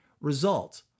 result